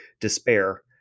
despair